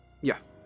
Yes